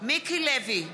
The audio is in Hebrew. מיקי לוי,